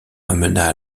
amena